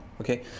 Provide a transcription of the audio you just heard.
Okay